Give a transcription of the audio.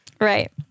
Right